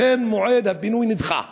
לכן מועד הפינוי נדחה.